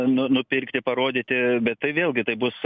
nu nupirkti parodyti bet tai vėlgi tai bus